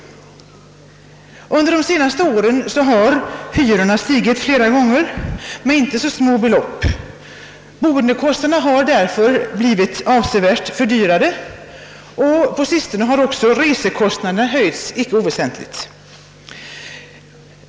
Under de senaste åren har hyrorna stigit flera gånger med inte så små belopp. Boendekostnaderna har alltså blivit avsevärt fördyrade. På sistone har också resekostnaderna höjts icke oväsentligt.